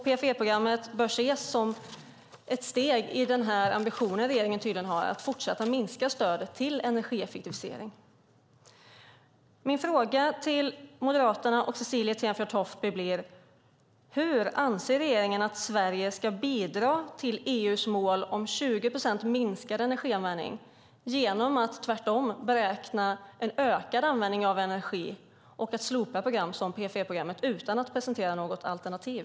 PFE-programmet bör ses som ett steg i den ambition som regeringen tydligen har att fortsätta att minska stödet till energieffektivisering. Min fråga till Moderaterna och Cecilie Tenfjord-Toftby blir: Hur anser regeringen att Sverige ska bidra till EU:s mål om 20 procent minskad energianvändning genom att tvärtom beräkna en ökad användning av energi och slopa program som PFE-programmet utan att presentera något alternativ?